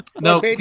No